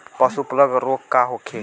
पशु प्लग रोग का होखे?